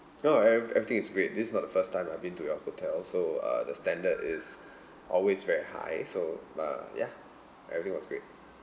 uh ev~ everything is great this is not the first time I've been to your hotel so uh the standard is always very high so ya everything was great